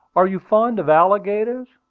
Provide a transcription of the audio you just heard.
are you fond of alligators?